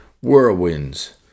whirlwinds